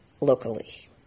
locally